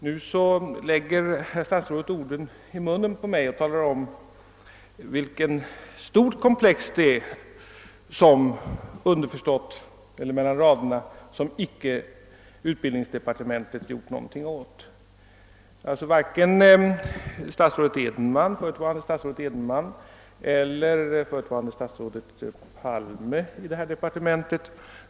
Nu lägger herr statsrådet orden i munnen på mig och talar om vilket stort problemkomplex det är som utbildningsdepartementet, underförstått, inte har gjort någonting åt — alltså varken förutvarande statsrådet Edenman eller förutvarande statsrådet Palme i utbildningsdepartementet.